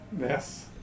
Yes